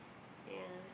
yeah